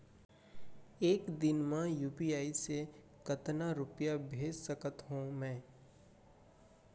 एक दिन म यू.पी.आई से कतना रुपिया भेज सकत हो मैं?